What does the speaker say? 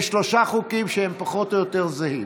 יש שלושה חוקים שהם פחות או יותר זהים.